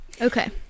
Okay